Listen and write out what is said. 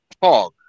fog